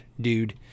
dude